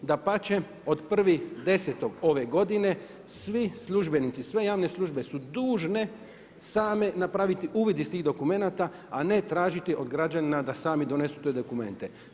Dapače, od 1.10. ove godine svi službenici, sve javne službe su dužne same napraviti uvid iz tih dokumenata a ne tražiti od građanina da sami donesu te dokumente.